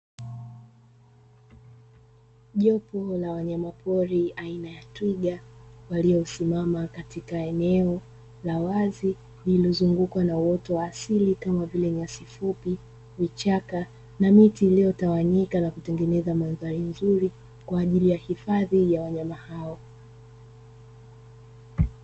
Zao la biashara ya aina ya mahindi ya kivunwa na wakulima kwa kuwekwa kwenye vikapu vyenye rangi ya kahawia. Mandhari ya eneo hilo likiwa na mwanga na kutanda kwa wingu zito la mvua.